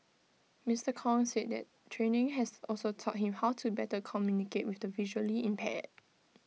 Mister Kong said the training has also taught him how to better communicate with the visually impaired